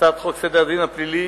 הצעת חוק סדר הדין הפלילי